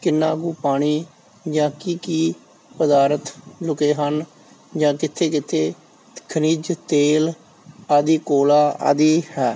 ਕਿੰਨਾ ਕੁ ਪਾਣੀ ਜਾਂ ਕੀ ਕੀ ਪਦਾਰਥ ਲੁਕੇ ਹਨ ਜਾਂ ਕਿੱਥੇ ਕਿੱਥੇ ਖਣਿਜ ਤੇਲ ਆਦੀ ਕੋਲਾ ਆਦੀ ਹੈ